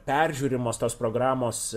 peržiūrimos tos programos